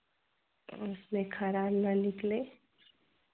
उसमें खराब न निकले